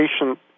patient